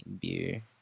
Beer